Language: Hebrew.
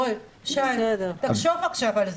שי, תחשוב על זה.